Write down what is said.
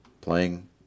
playing